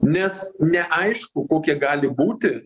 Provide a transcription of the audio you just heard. nes neaišku kokie gali būti